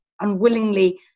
unwillingly